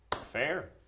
Fair